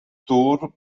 tour